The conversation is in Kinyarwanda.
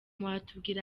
watubwira